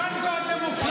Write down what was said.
כאן זאת הדמוקרטיה.